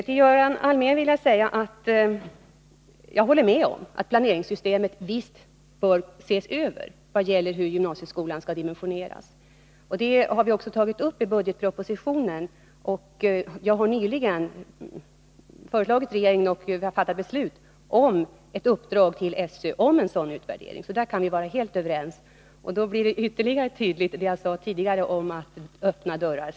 Till Göran Allmér vill jag säga att jag håller med om att planeringssystemet bör ses över i vad det gäller hur gymnasieskolan skall dimensioneras. Det har vi också tagit upp i budgetpropositionen. Regeringen har sedan på mitt förslag fattat beslut om att ge SÖ i uppdrag att genomföra en sådan utvärdering. I denna fråga är vi helt överens. Detta klargör ytterligare att reservationen slår in öppna dörrar.